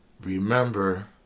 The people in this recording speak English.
Remember